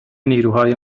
نیروهای